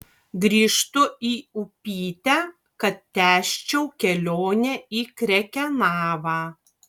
grįžtu į upytę kad tęsčiau kelionę į krekenavą